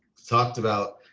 talked about